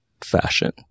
fashion